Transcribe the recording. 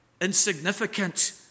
insignificant